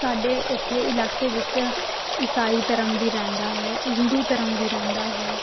ਸਾਡੇ ਇੱਥੇ ਇਲਾਕੇ ਵਿੱਚ ਇਸਾਈ ਧਰਮ ਵੀ ਰਹਿੰਦਾ ਹੈ ਹਿੰਦੂ ਧਰਮ ਵੀ ਰਹਿੰਦਾ ਹੈ